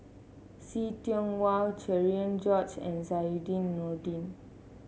See Tiong Wah Cherian George and Zainudin Nordin